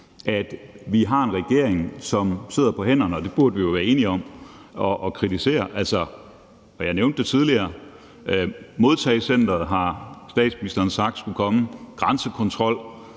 at vi har en regering, som sidder på hænderne, og det burde vi jo være enige om at kritisere. Jeg nævnte tidligere modtagecenteret, som statsministeren har sagt skulle komme, grænsekontrollen